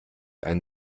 einen